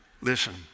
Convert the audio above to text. Listen